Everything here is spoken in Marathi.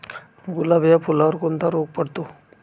गुलाब या फुलावर कोणता रोग पडतो?